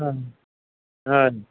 হয়